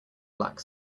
black